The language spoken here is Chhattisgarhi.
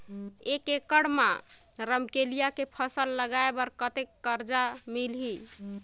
एक एकड़ मा रमकेलिया के फसल लगाय बार कतेक कर्जा मिलही?